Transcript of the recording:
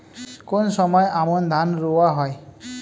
কোন সময় আমন ধান রোয়া হয়?